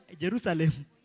Jerusalem